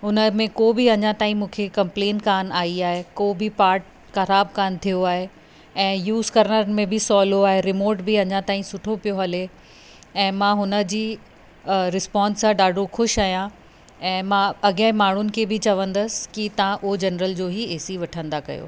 हुन में को बि अञा ताईं मूंखे कंप्लेन कोन आई आहे को बि पार्ट ख़राब कोन थियो आहे ऐं यूज़ करण में बि सहुलो आहे रिमोट बि अञा ताईं सुठो पियो हले ऐं मां हुन जी रिस्पॉन्स सां ॾाढो ख़ुशि आहियां ऐं मां अॻे माण्हुनि खे बि चवंदसि की तव्हां ओ जनरल जो ई एसी वठंदा कयो